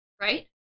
right